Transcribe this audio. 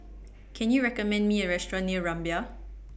Can YOU recommend Me A Restaurant near Rumbia